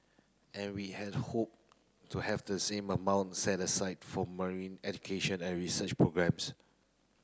and we had hope to have the same amount set aside for marine education and research programmes